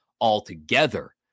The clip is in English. altogether